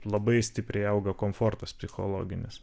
labai stipriai auga komfortas psichologinis